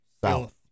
South